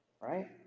Right